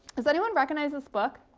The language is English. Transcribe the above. does anyone recognize this book?